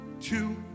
two